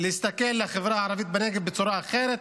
להסתכל על החברה הערבית בנגב בצורה אחרת,